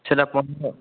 ସେଟା ପନ୍ଦର